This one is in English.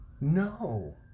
No